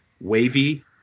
wavy